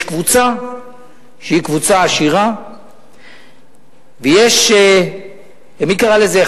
יש קבוצה שהיא קבוצה עשירה ויש מי קרא לזה?